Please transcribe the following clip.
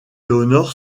honore